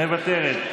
מוותרת,